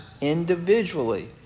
individually